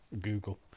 Google